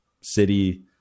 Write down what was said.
city